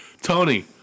Tony